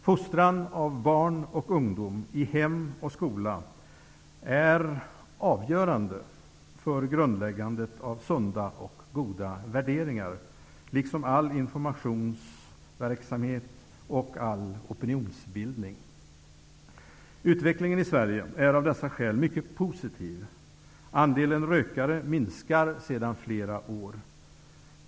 Fostran av barn och ungdom i hem och skola är avgörande för gundläggandet av sunda och goda värderingar, liksom all informationsverksamhet och opinionsbildning. Utvecklingen i Sverige är av dessa skäl mycket positiv. Antalet rökare minskar sedan flera år.